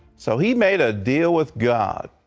so he made a deal with god.